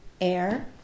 air